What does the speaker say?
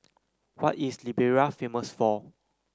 what is Liberia famous for